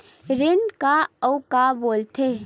ऋण का अउ का बोल थे?